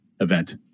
event